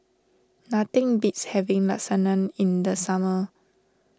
nothing beats having Lasagne in the summer